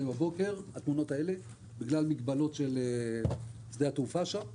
בבוקר בגלל מגבלות של שדה התעופה שם,